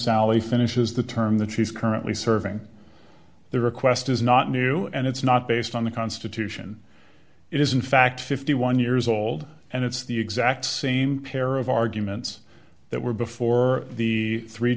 sally finishes the term the trees currently serving the request is not new and it's not based on the constitution it is in fact fifty one years old and it's the exact same pair of arguments that were before the three